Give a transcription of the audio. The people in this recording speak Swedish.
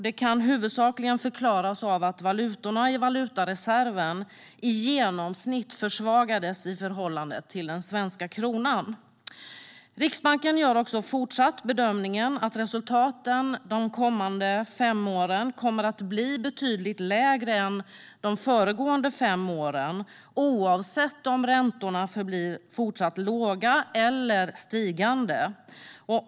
Det kan huvudsakligen förklaras av att valutorna i valutareserven i genomsnitt försvagades i förhållande till den svenska kronan. Riksbanken gör också fortsättningsvis bedömningen att resultaten de kommande fem åren kommer att bli betydligt lägre än de föregående fem åren oavsett om räntorna förblir låga eller stiger.